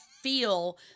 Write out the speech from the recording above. feel